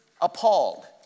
appalled